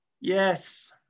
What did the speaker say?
Yes